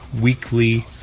weekly